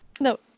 No